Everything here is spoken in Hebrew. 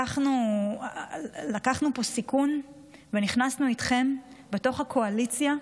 אנחנו לקחנו פה סיכון ונכנסנו איתכם לתוך הקואליציה,